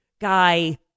guy